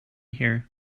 here